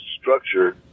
structure